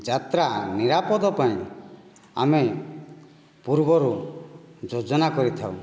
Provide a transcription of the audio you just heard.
ଯାତ୍ରା ନିରାପଦ ପାଇଁ ଆମେ ପୂର୍ବରୁ ଯୋଜନା କରିଥାଉ